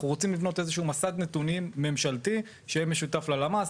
אנחנו רוצים לבנות איזה שהוא מסד נתונים ממשלתי שיהיה משותף ללמ"ס,